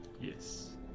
Yes